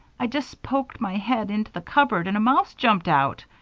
i just poked my head into the cupboard and a mouse jumped out.